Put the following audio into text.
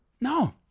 No